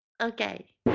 Okay